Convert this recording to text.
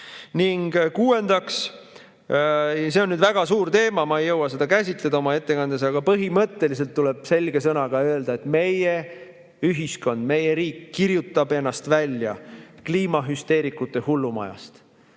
taga. Kuuendaks – see on nüüd väga suur teema, ma ei jõua seda oma ettekandes käsitleda –, põhimõtteliselt tuleb selge sõnaga öelda, et meie ühiskond, meie riik kirjutab ennast välja kliimahüsteerikute hullumajast.